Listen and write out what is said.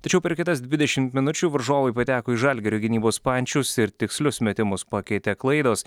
tačiau per kitas dvidešimt minučių varžovai pateko į žalgirio gynybos pančius ir tikslius metimus pakeitė klaidos